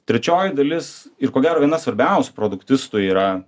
trečioji dalis ir ko gero viena svarbiausių produktistų yra